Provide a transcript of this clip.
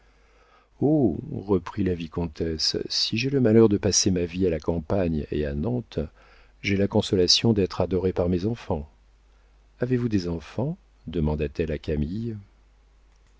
reprit la vicomtesse si j'ai le malheur de passer ma vie à la campagne et à nantes j'ai la consolation d'être adorée par mes enfants avez-vous des enfants demanda-t-elle à camille